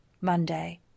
Monday